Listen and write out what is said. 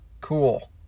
Cool